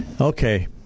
Okay